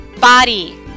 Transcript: body